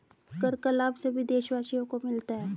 कर का लाभ सभी देशवासियों को मिलता है